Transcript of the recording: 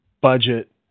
budget